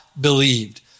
believed